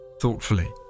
thoughtfully